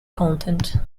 content